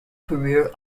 career